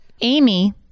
Amy